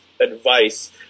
advice